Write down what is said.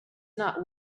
not